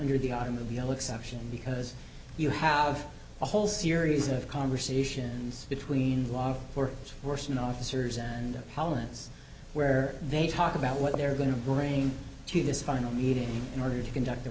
you're the automobile exception because you have a whole series of conversations between law or worse and officers and balance where they talk about what they're going to bring to this final meeting in order to conduct